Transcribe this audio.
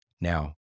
Now